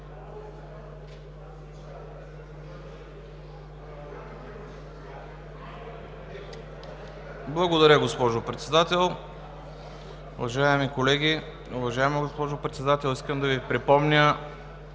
Благодаря, госпожо Председател. Уважаеми колеги! Уважаема госпожо Председател, искам да Ви припомня